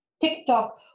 TikTok